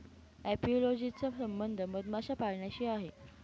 apiology चा संबंध मधमाशा पाळण्याशी आहे